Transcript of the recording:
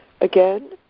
Again